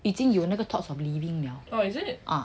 已经有那个 thoughts of leaving liao